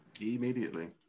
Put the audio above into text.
Immediately